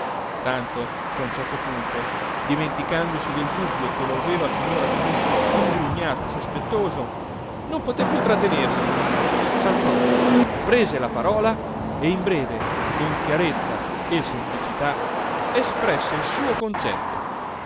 tanto che a un certo punto dimenticandosi del dubbio che lo aveva finora tenuto ingrugnato e sospettoso non poté più trattenersi salzò prese la parola e in breve con chiarezza e semplicità espresse il suo concetto